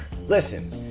Listen